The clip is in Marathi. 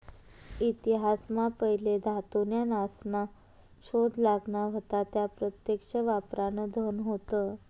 इतिहास मा पहिले धातू न्या नासना शोध लागना व्हता त्या प्रत्यक्ष वापरान धन होत